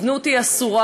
זנות היא אסורה.